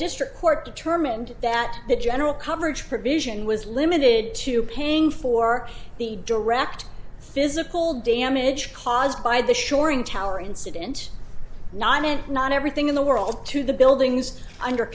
district court determined that the general coverage provision was limited to paying for the direct physical damage caused by the shoring tower incident no i meant not everything in the world to the buildings under